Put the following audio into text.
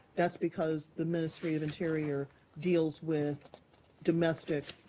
that's because the ministry of interior deals with domestic